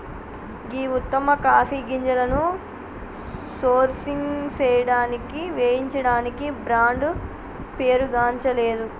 గీ ఉత్తమ కాఫీ గింజలను సోర్సింగ్ సేయడానికి వేయించడానికి బ్రాండ్ పేరుగాంచలేదు